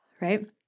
right